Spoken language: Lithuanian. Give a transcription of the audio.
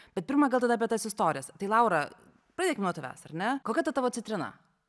bet pirma gal tada apie tas istorijas tai laura pradėkim nuo tavęs ar ne kokia ta tavo citrina